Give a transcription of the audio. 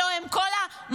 מה, אתם אובססיביים.